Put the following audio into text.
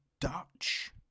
Dutch